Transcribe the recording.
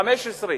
15,000,